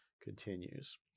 continues